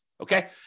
Okay